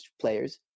players